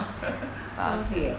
不要忘记 leh